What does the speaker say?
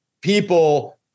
people